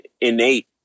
innate